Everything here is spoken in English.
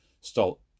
stall